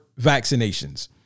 vaccinations